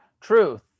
truth